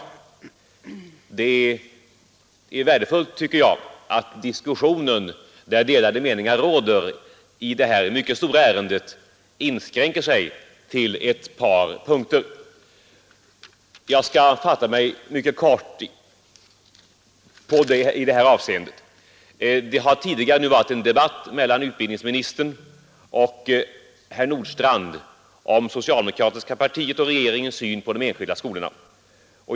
Jag tycker det är värdefullt att diskussionen, där delade meningar råder i detta mycket stora ärende, inskränker sig till ett par punkter, och jag skall därför fatta mig mycket kort. Tidigare har det förts en debatt mellan utbildningsministern och herr Nordstrandh om socialdemokratiska partiets och regeringens syn på de enskilda skolorna.